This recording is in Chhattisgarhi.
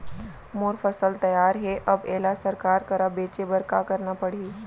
मोर फसल तैयार हे अब येला सरकार करा बेचे बर का करना पड़ही?